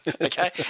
okay